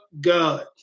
God